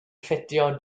ffitio